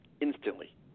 instantly